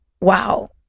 wow